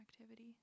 activity